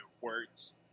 Words